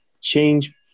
Change